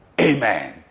Amen